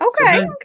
Okay